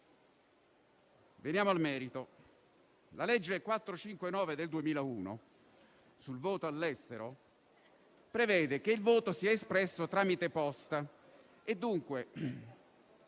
Veniamo al merito. La legge n. 459 del 2001 sul voto all'estero prevede che il voto sia espresso tramite posta; dunque,